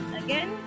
again